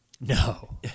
no